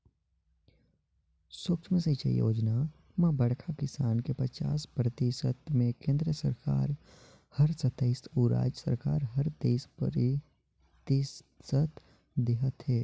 सुक्ष्म सिंचई योजना म बड़खा किसान के पचास परतिसत मे केन्द्र सरकार हर सत्तइस अउ राज सरकार हर तेइस परतिसत देहत है